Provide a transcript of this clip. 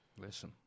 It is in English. Listen